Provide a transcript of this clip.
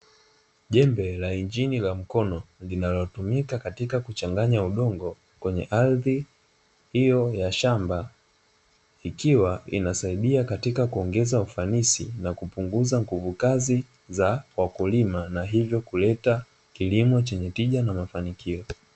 Jembe la injini la mkono linalotumika katika kuchanganya udongo ndani ya shamba. Kikiwa kinasaidia kuongeza ufanisi na kupunguza nguvu kazi za wakulima, hivyo kuleta kilimo chenye tija na mafanikio.